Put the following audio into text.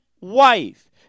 wife